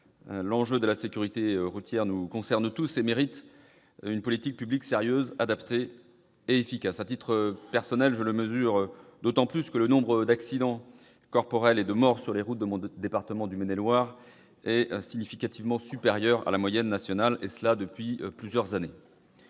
essentiel. La sécurité routière nous concerne tous et mérite une politique publique sérieuse, adaptée et efficace. À titre personnel, je le mesure d'autant plus que le nombre d'accidents corporels et de morts sur les routes dans mon département de Maine-et-Loire est significativement supérieur à la moyenne nationale depuis plusieurs années.